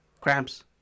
Cramps